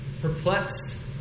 Perplexed